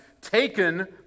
taken